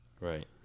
Right